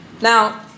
Now